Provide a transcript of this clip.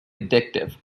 addictive